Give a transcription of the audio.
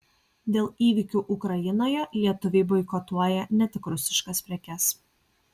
dėl įvykių ukrainoje lietuviai boikotuoja ne tik rusiškas prekes